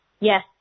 Yes